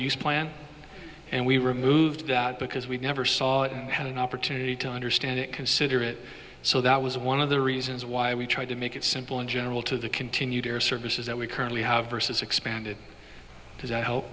use plan and we removed that because we never saw it had an opportunity to understand it consider it so that was one of the reasons why we tried to make it simple in general to the continued air services that we currently have versus expanded on th